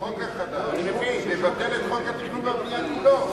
החוק החדש מבטל את חוק התכנון והבנייה כולו.